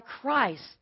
Christ